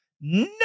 No